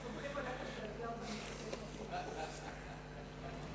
אנחנו סומכים עליך שאתה יודע אותן לפרטי פרטים.